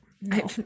No